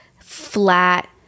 flat